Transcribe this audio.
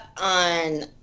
on